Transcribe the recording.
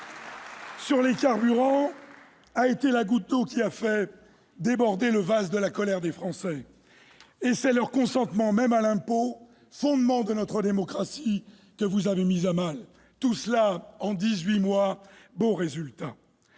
sur les carburants a été la goutte d'eau qui a fait déborder le vase de la colère des Français. C'est leur consentement même à l'impôt, fondement de notre démocratie, que vous avez mis à mal. Tout cela en dix-huit mois : beau résultat